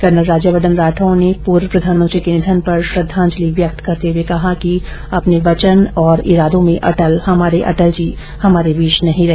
colonel Rajyavardhan Rathore ने पूर्व प्रधानमंत्री के निधन पर श्रद्दांजलि व्यक्त करते हुए कहा कि अपने वचन और इरादों में अटल हमारे अटल जी हमारे बीच नहीं रहे